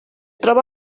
troba